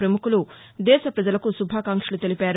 ప్రపముఖులు దేశ ప్రపజలకు శుభాకాంక్షలు తెలిపారు